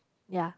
ya